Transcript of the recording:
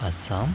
Assam